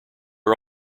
are